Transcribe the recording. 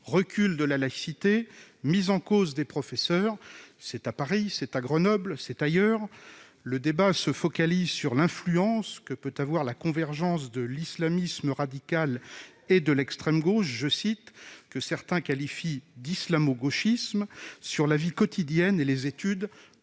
recul de la laïcité, mise en cause des professeurs, à Paris, à Grenoble et ailleurs. Le débat se focalise sur l'influence que peut avoir la convergence de l'islamisme radical et de l'extrême gauche, que certains qualifient d'« islamo-gauchisme », sur la vie quotidienne et les études dans